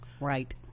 Right